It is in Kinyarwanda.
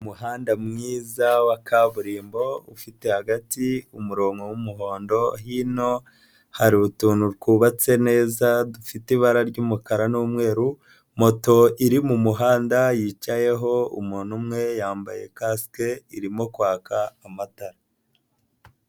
Umuhanda mwiza wa kaburimbo ufite hagati umurongo w'umuhondo, hino hari utuntu twubatse neza dufite ibara ry'umukara n'umweru, moto iri mu muhanda yicayeho umuntu umwe yambaye kasike, irimo kwaka amatara.